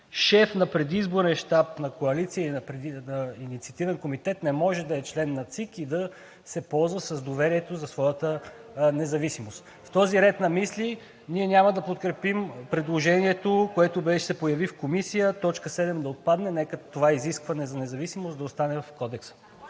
шеф на предизборен щаб на коалиция или на инициативен комитет не може да е член на ЦИК и да се ползва с доверието за своята независимост. В този ред на мисли ние няма да подкрепим предложението, което се появи в Комисията – т. 7 да отпадне. Нека това изискване за независимост да остане в Кодекса.